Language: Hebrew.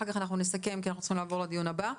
אחר כך אנחנו נסכם כי אנחנו צריכים לעבור לדיון הבא.